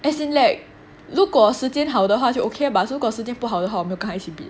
as in like 如果时间好的话就 okay but 如果时间不好我没有跟他一起 bid